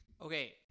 Okay